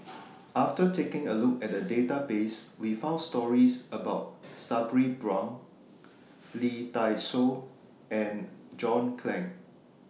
after taking A Look At The Database We found stories about Sabri Buang Lee Dai Soh and John Clang